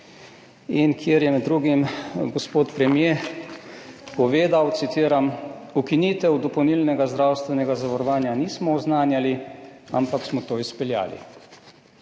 in kjer je med drugim gospod premier povedal, citiram: »Ukinitev dopolnilnega zdravstvenega zavarovanja nismo oznanjali, ampak smo to izpeljali.«